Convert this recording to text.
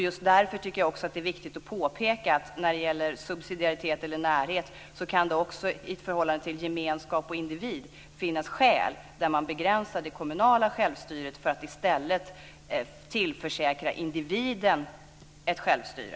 Just därför tycker jag också att det är viktigt att påpeka att det när det gäller subsidiaritet eller närhet i förhållande till gemenskap och individ kan finnas skäl att begränsa det kommunala självstyret för att i stället tillförsäkra individen ett självstyre.